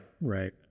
right